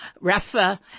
Rafa